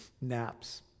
Naps